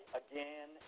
again